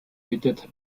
bittet